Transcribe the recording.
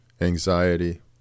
anxiety